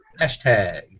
hashtag